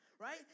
right